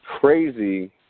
crazy